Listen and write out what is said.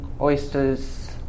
oysters